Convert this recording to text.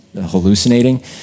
hallucinating